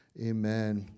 amen